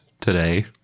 today